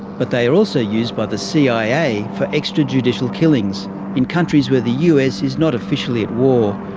but they are also used by the cia for extrajudicial killings in countries where the us is not officially at war,